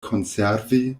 konservi